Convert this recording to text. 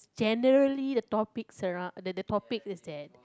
generally the topic surround the the topic is that